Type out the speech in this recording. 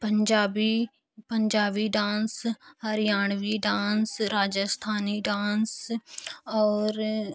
Punjabi Punjabi dance Haryanvi dance Rajasthani dance और